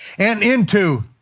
and into